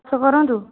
ଚାଷ କରନ୍ତୁ